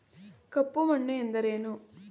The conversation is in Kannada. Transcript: ಕಪ್ಪು ಮಣ್ಣು ಎಂದರೇನು?